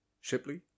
Shipley